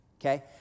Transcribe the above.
okay